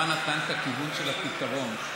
נתן את הכיוון של הפתרון: